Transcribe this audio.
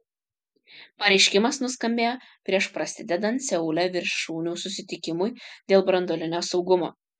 pareiškimas nuskambėjo prieš prasidedant seule viršūnių susitikimui dėl branduolinio saugumo